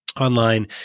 online